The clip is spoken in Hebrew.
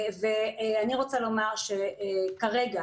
אני רוצה לומר שכרגע